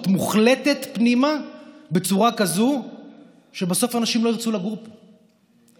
מוחלטת פנימה בצורה כזו שבסוף אנשים לא ירצו לגור פה,